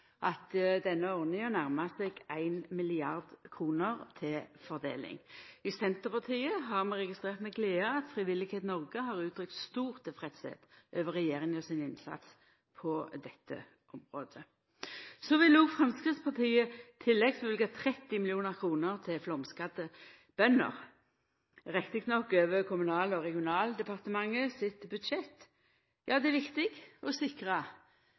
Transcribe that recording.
at denne ordninga nærmar seg 1 mrd. kr til fordeling. I Senterpartiet har vi registrert med glede at Frivillighet Norge har uttrykt at dei er svært tilfredse med regjeringa sin innsats på dette området. Så vil òg Framstegspartiet tilleggsløyva 30 mill. kr til flaumskadde bønder, rett nok over Kommunal- og regionaldepartementet sitt budsjett. Ja, det er viktig å